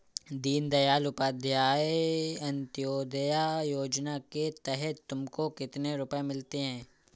दीन दयाल उपाध्याय अंत्योदया योजना के तहत तुमको कितने रुपये मिलते हैं